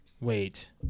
Wait